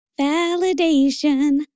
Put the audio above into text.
Validation